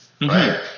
right